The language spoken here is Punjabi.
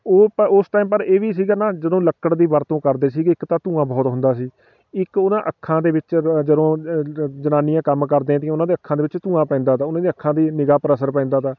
ਉਹ ਪ ਉਸ ਟਾਈਮ ਪਰ ਇਹ ਵੀ ਸੀਗਾ ਨਾ ਜਦੋਂ ਲੱਕੜ ਦੀ ਵਰਤੋਂ ਕਰਦੇ ਸੀਗੇ ਇੱਕ ਤਾਂ ਧੂੰਆਂ ਬਹੁਤ ਹੁੰਦਾ ਸੀ ਇੱਕ ਉਹ ਨਾ ਅੱਖਾਂ ਦੇ ਵਿੱਚ ਜਦੋਂ ਅ ਜ ਜਨਾਨੀਆਂ ਕੰਮ ਕਰਦੇ ਤੀਆਂ ਉਹਨਾਂ ਅੱਖਾਂ ਦੇ ਵਿੱਚ ਧੂੰਆਂ ਪੈਂਦਾ ਤਾ ਉਹਨਾਂ ਦੀਆਂ ਅੱਖਾਂ ਦੀ ਨਿਗ੍ਹਾ ਪਰ ਅਸਰ ਪੈਂਦਾ ਤਾ